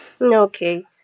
okay